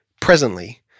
presently